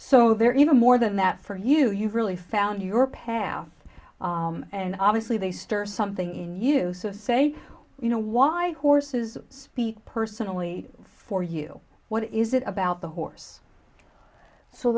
so they're even more than that for you you really found your path and obviously they stir something in use of say you know why horses speak personally for you what is it about the horse so